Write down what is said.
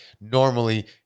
normally